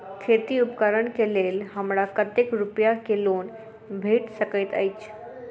खेती उपकरण केँ लेल हमरा कतेक रूपया केँ लोन भेटि सकैत अछि?